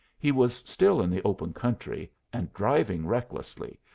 he was still in the open country and driving recklessly,